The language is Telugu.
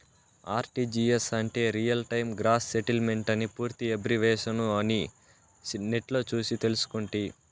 ఆర్టీజీయస్ అంటే రియల్ టైమ్ గ్రాస్ సెటిల్మెంటని పూర్తి ఎబ్రివేషను అని నెట్లో సూసి తెల్సుకుంటి